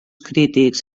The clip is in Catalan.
crítics